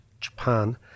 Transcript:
Japan